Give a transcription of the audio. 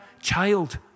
child